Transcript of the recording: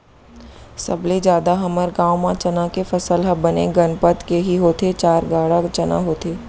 सबले जादा हमर गांव म चना के फसल ह बने गनपत के ही होथे चार गाड़ा चना होथे